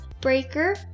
Breaker